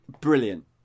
Brilliant